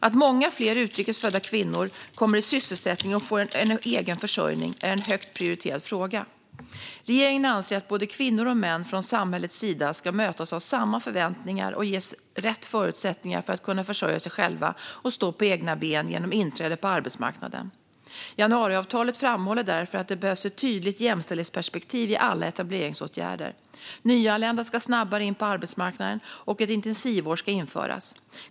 Att många fler utrikes födda kvinnor kommer i sysselsättning och får en egenförsörjning är en högt prioriterad fråga. Regeringen anser att både kvinnor och män från samhällets sida ska mötas av samma förväntningar och ges rätt förutsättningar för att kunna försörja sig själva och stå på egna ben genom inträde på arbetsmarknaden. Januariavtalet framhåller därför att det behövs ett tydligt jämställdhetsperspektiv i alla etableringsåtgärder. Nyanlända ska snabbare in på arbetsmarknaden, och ett intensivår ska införas.